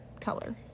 color